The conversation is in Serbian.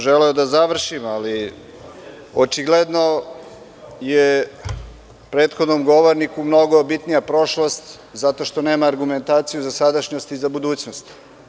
Želeo sam da završim ali očigledno da je prethodnom govorniku bitnija prošlost zato što nema argumentaciju za sadašnjost i za budućnost.